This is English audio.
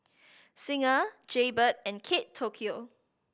Singha Jaybird and Kate Tokyo